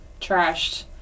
trashed